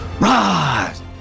rise